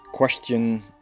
Question